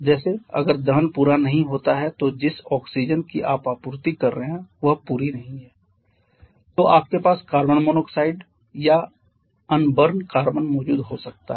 जैसे अगर दहन पूरा नहीं होता है तो जिस ऑक्सीजन की आप आपूर्ति कर रहे हैं वह पूरी नहीं है तो आपके पास कार्बन मोनोऑक्साइड या अनबर्न कार्बन मौजूद हो सकता है